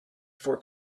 for